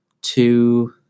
two